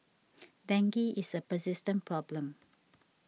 dengue is a persistent problem